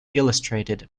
illustrated